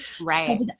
right